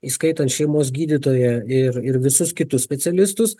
įskaitant šeimos gydytoją ir ir visus kitus specialistus